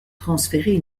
transférer